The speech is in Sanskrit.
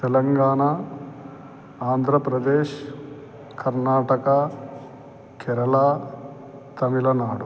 तेलङ्गाणा आन्ध्रप्रदेशः कर्नाटकः केरलः तमिळ्नाडुः